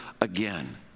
again